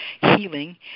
healing